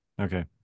Okay